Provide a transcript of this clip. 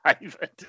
David